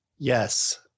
Yes